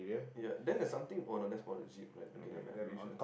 ya then the something oh no that's for the jeep right okay nevermind I'm pretty sure